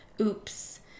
oops